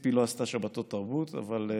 ציפי לא עשתה שבתות תרבות, אבל,